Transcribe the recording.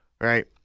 right